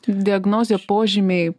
diagnozė požymiai